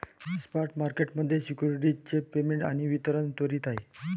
spot market मध्ये securities चे payment आणि वितरण त्वरित आहे